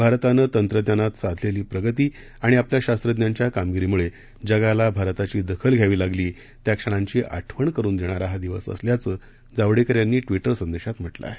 भारतानं तंत्रज्ञानात साधलेली प्रगती आणि आपल्या शास्त्रज्ञांच्या कामगिरीमुळे जगाला भारताची दखल घ्यावी लागली त्या क्षणांची आठवण करून देणारा हा दिवस असल्याचं जावडेकर यांनी ट्विटर संदेशात म्हटलं आहे